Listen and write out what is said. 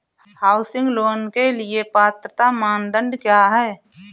Housing loan के लिए पात्रता मानदंड क्या हैं?